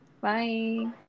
Bye